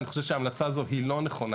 אני חושב שההמלצה הזאת היא לא נכונה.